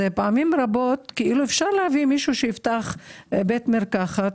אפשר להביא מישהו שיפתח בית מרקחת,